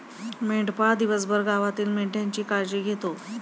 मेंढपाळ दिवसभर गावातील मेंढ्यांची काळजी घेतो